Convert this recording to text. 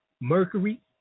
mercury